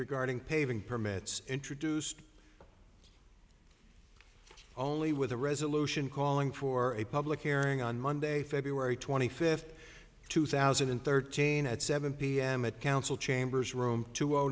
regarding paving permits introduced only with a resolution calling for a public airing on monday february twenty fifth two thousand and thirteen at seven p m at council chambers room two